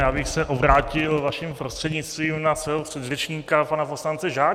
Já bych se obrátil vaším prostřednictvím na svého předřečníka pana poslance Žáčka.